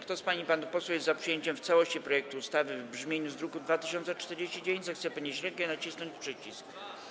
Kto z pań i panów posłów jest za przyjęciem w całości projektu ustawy w brzmieniu z druku nr 2049, zechce podnieść rękę i nacisnąć przycisk.